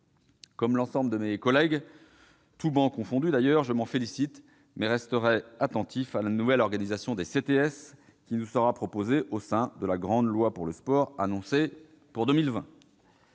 Comme l'ensemble de mes collègues, toutes travées confondues, je m'en félicite, mais je resterai attentif à la nouvelle organisation des CTS qui nous sera proposée au sein de la grande loi pour le sport annoncée pour 2020.